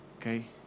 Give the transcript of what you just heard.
Okay